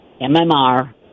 MMR